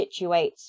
situates